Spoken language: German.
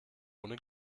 ohne